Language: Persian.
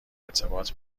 ارتباط